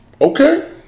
okay